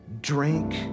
drink